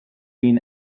been